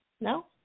No